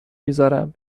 میذارم